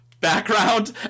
background